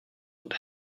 would